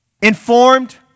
Informed